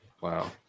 wow